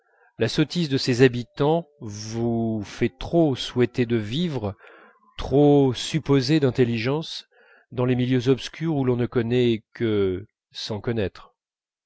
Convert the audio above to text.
la sottise de ses habitants vous fait trop souhaiter de vivre trop supposer d'intelligence dans les milieux obscurs où l'on ne connaît que sans connaître